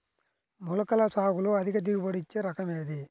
మొలకల సాగులో అధిక దిగుబడి ఇచ్చే రకం ఏది?